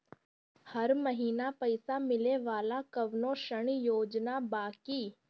हर महीना पइसा मिले वाला कवनो ऋण योजना बा की?